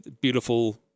beautiful